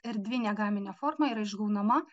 erdvinė gaminio forma yra išgaunama